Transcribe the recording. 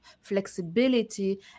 flexibility